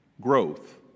growth